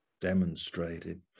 Demonstrated